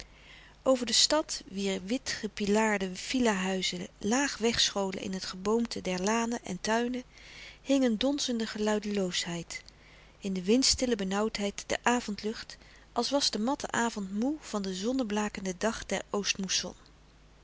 over de stad wier wit gepilaarde villa huizen laag wegscholen in het geboomte der lanen en tuinen hing een donzende geluideloosheid in de windstille benauwdheid der avondlucht als was de matte avond moê van den zonneblakenden dag